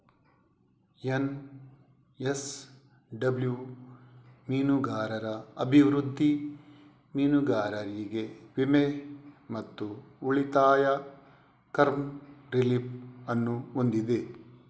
NSW ಮೀನುಗಾರರ ಅಭಿವೃದ್ಧಿ, ಮೀನುಗಾರರಿಗೆ ವಿಮೆ ಮತ್ತು ಉಳಿತಾಯ ಕಮ್ ರಿಲೀಫ್ ಅನ್ನು ಹೊಂದಿದೆ